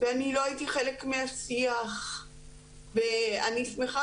ואני לא הייתי חלק מהשיח ואני שמחה